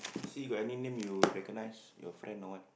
see got any name you recognise your friend or what